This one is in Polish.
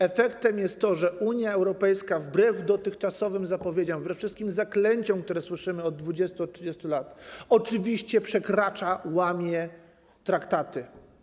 Efektem jest to, że Unia Europejska wbrew dotychczasowym zapowiedziom, wbrew wszystkim zaklęciom, które słyszymy od 20, od 30 lat, oczywiście przekracza, łamie traktaty.